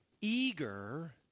eager